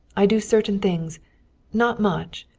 i do certain things not much,